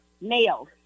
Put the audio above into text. nails